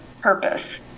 purpose